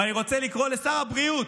ואני רוצה לקרוא לשר הבריאות,